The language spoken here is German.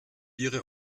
ihre